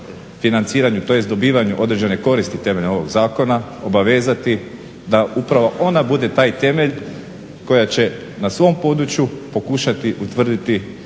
financiranju tj. dobivanju određene koristi temeljem ovog zakona. Obavezati da upravo ona bude taj temelj koja će na svom području pokušati utvrditi